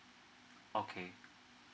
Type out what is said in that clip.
okay